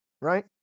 right